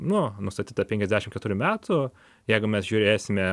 nu nustatyta penkiasdešim keturių metų jeigu mes žiūrėsime